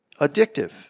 addictive